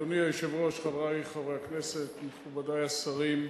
אדוני היושב-ראש, חברי חברי הכנסת, מכובדי השרים,